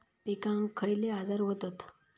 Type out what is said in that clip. पिकांक खयले आजार व्हतत?